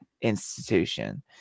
institution